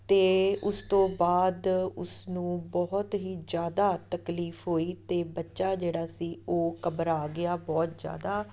ਅਤੇ ਉਸ ਤੋਂ ਬਾਅਦ ਉਸ ਨੂੰ ਬਹੁਤ ਹੀ ਜ਼ਿਆਦਾ ਤਕਲੀਫ ਹੋਈ ਅਤੇ ਬੱਚਾ ਜਿਹੜਾ ਸੀ ਉਹ ਘਬਰਾ ਗਿਆ ਬਹੁਤ ਜ਼ਿਆਦਾ